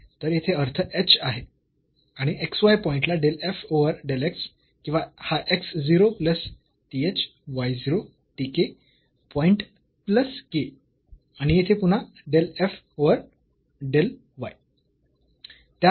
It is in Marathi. तर येथे अर्थ h आहे आणि x y पॉईंट ला del f over del x किंवा हा x 0 plus th y 0 t k point plus k आणि येथे पुन्हा del f over del y